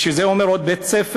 שזה אומר עוד בית-ספר,